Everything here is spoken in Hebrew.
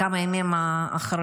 בכמה ימים האחרונים,